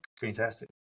Fantastic